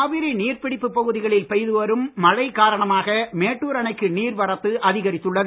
காவிரி நீர் பிடிப்பு பகுதிகளில் பெய்து வரும் மழை காரணமாக மேட்டூர் அணைக்கு நீர்வரத்து அதிகரித்துள்ளது